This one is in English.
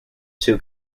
two